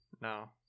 No